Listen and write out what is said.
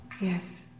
Yes